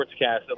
sportscast